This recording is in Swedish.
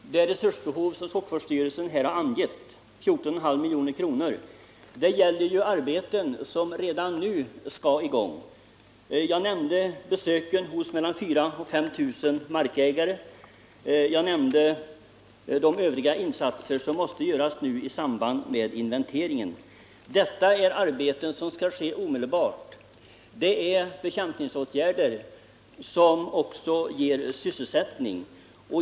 Herr talman! Det resursbehov som skogsvårdsstyrelsen här angivit, 14,5 milj.kr., gäller ju arbeten som redan nu skall sättas i gång. Jag nämnde besöken hos mellan 4 000 och 5 000 markägare, och jag nämnde de övriga insatser som måste göras nu i samband med inventeringen. Detta är arbeten som måste ske omedelbart. Det är bekämpningsåtgärder som också ger sysselsättning.